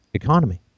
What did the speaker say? economy